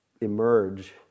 emerge